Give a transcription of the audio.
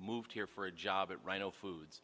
moved here for a job at rhino foods